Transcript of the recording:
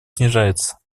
снижается